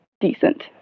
decent